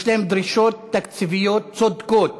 יש להם דרישות תקציביות צודקות,